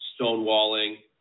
stonewalling